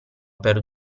per